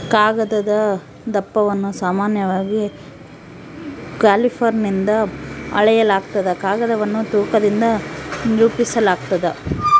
ಕಾಗದದ ದಪ್ಪವನ್ನು ಸಾಮಾನ್ಯವಾಗಿ ಕ್ಯಾಲಿಪರ್ನಿಂದ ಅಳೆಯಲಾಗ್ತದ ಕಾಗದವನ್ನು ತೂಕದಿಂದ ನಿರೂಪಿಸಾಲಾಗ್ತದ